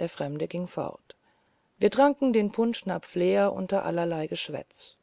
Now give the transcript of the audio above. der fremde ging fort wir tranken den punschnapf leer unter allerlei geschwätz